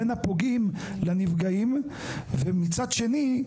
בין הפוגעים לנפגעים ומצד שני,